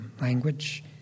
language